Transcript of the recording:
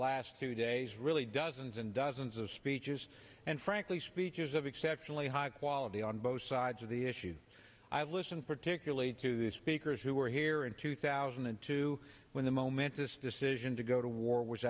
last two days really dozens and dozens of speeches and frankly speeches of exceptionally high quality on both sides of the issue i listen particularly to speakers who are here in two thousand and two when the momentous decision to go to war w